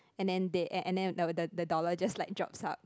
and then they and and then the the dollar just like drops out